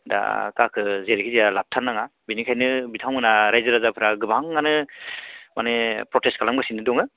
दा काखो जेरैखिजाया लाथारनाङा बिनिखायनो बिथांमोना रायजो राजाफोरा गोबाङानो माने प्रटेस्ट खालामगासिनो दङ